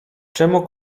czemu